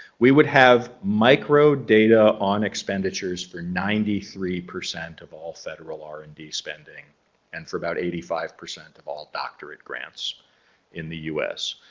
we would have micro data on expenditures for ninety three percent of all federal r and d spending and for about eighty five percent of all doctorate grants in the us.